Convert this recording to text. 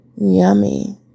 Yummy